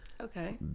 okay